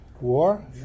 war